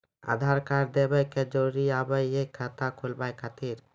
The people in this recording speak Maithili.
आधार कार्ड देवे के जरूरी हाव हई खाता खुलाए खातिर?